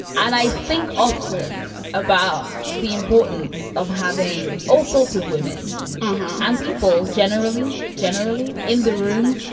and i think often about the importance of having all sorts of women and people generally generally in the room,